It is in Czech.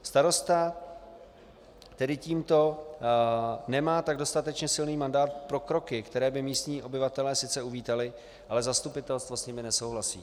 Starosta tedy tímto nemá tak dostatečně silný mandát pro kroky, které by místní obyvatelé sice uvítali, ale zastupitelstvo s nimi nesouhlasí.